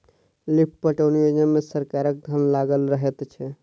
lift पटौनी योजना मे सरकारक धन लागल रहैत छै